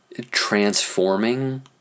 transforming